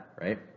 right